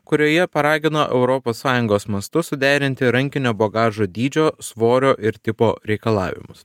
kurioje paragino europos sąjungos mastu suderinti rankinio bagažo dydžio svorio ir tipo reikalavimus